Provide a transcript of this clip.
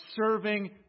serving